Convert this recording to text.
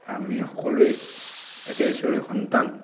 আমি সকলোৱে একে ইশ্বৰৰে সন্তান